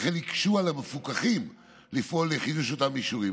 וכן הקשו על המפוקחים לפעול לחידוש אותם אישורים.